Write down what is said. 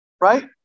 right